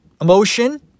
emotion